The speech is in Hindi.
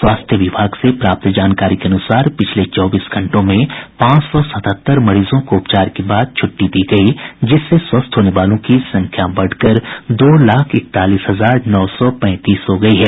स्वास्थ्य विभाग से प्राप्त जानकारी के अनुसार पिछले चौबीस घंटों में पांच सौ सतहत्तर मरीजों को उपचार के बाद छुट्टी दी गयी जिससे स्वस्थ होने वालों की संख्या बढ़कर दो लाख इकतालीस हजार नौ सौ पैंतीस हो गयी है